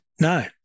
No